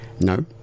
No